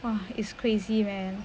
!wah! is crazy man